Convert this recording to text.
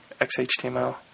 XHTML